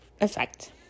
effect